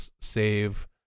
save